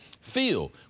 feel